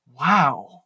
Wow